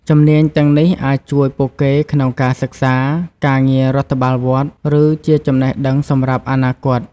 ជំនាញទាំងនេះអាចជួយពួកគេក្នុងការសិក្សា ការងាររដ្ឋបាលវត្ត ឬជាចំណេះដឹងសម្រាប់អនាគត។